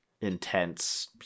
intense